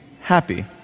happy